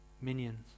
minions